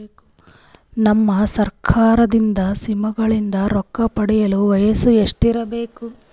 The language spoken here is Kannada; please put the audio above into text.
ನಮ್ಮ ಸರ್ಕಾರದ ಸ್ಕೀಮ್ಗಳಿಂದ ರೊಕ್ಕ ಪಡಿಯಕ ವಯಸ್ಸು ಎಷ್ಟಿರಬೇಕು?